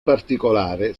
particolare